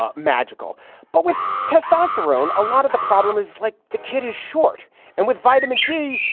ah magical but with testosterone, a lot of the problem is like the kid is short and with vitamin d,